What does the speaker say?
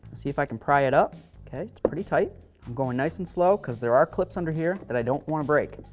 see if i can pry it up. okay, it's pretty tight. i'm going nice and slow because there are clips under here that i don't want to break.